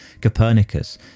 Copernicus